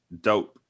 dope